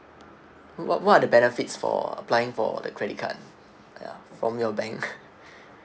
what what are the benefits for applying for the credit card ya from your bank